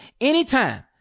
anytime